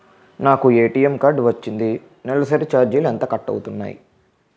నాకు ATM card వచ్చింది నెలసరి ఛార్జీలు ఎంత కట్ అవ్తున్నాయి?